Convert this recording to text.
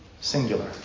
Singular